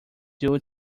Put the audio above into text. due